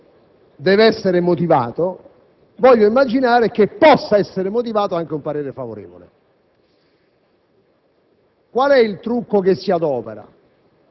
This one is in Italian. Ora, se un parere contrario deve essere motivato, voglio immaginare che possa essere motivato anche un parere favorevole.